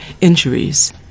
injuries